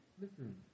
listen